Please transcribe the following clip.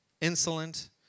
insolent